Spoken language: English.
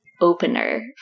opener